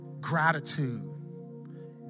gratitude